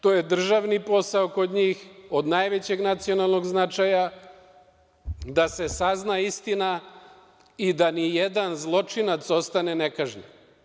To je državni posao kod njih, od najvećeg nacionalnog značaja da se sazna istina i da ni jedan zločinac ne ostane nekažnjen.